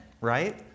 right